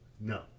no